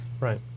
Right